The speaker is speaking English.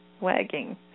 wagging